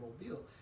Mobile